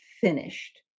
finished